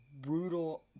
brutal